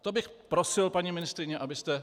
To bych prosil, paní ministryně, abyste...